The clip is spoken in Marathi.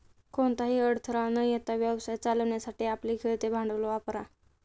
कोणताही अडथळा न येता व्यवसाय चालवण्यासाठी आपले खेळते भांडवल वापरा